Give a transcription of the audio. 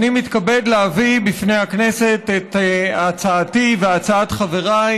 אני מתכבד להביא בפני הכנסת את הצעתי והצעת חבריי